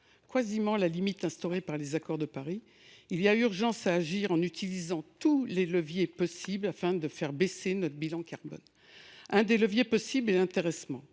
quasiment la limite instaurée dans l’accord de Paris sur le climat, il y a urgence à agir en utilisant tous les leviers possibles afin de diminuer notre bilan carbone. Un des leviers possibles est l’intéressement.